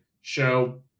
show